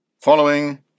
following